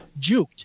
juked